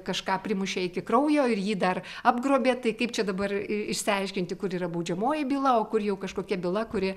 kažką primušė iki kraujo ir jį dar apgrobė tai kaip čia dabar išsiaiškinti kur yra baudžiamoji byla o kur jau kažkokia byla kuri